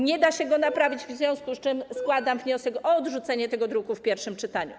Nie da się go naprawić, w związku z czym składam wniosek o odrzucenie go w pierwszym czytaniu.